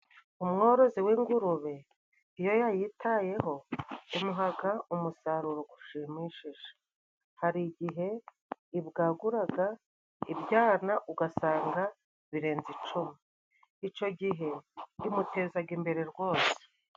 Umworozi w'ingurube iyo yayitayeho imuhaga umusaruro gushimishije. Hari igihe ibwaguraga ibyana ugasanga birenze icumi, ico gihe imutezaga imbere rwose.